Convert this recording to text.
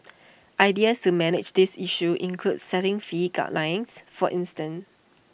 ideas to manage this issue include setting fee guidelines for instance